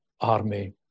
army